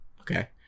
Okay